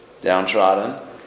downtrodden